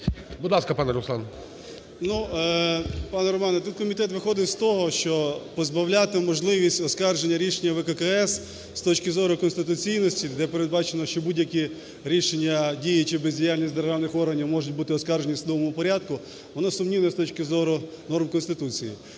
Будь ласка, пане Руслан.